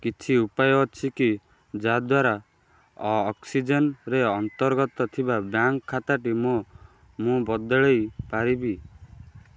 କିଛି ଉପାୟ ଅଛି କି ଯାହା ଦ୍ୱାରା ଅକ୍ସିଜେନ୍ରେ ଅନ୍ତର୍ଗତ ଥିବା ବ୍ୟାଙ୍କ୍ ଖାତାଟି ମୁଁ ମୁଁ ବଦଳେଇ ପାରିବି